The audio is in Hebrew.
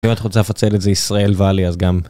אם את רוצה לפצל את זה ישראל ואלי אז גם